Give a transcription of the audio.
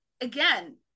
again